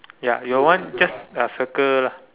ya your one just uh circle lah